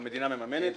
המדינה מממנת.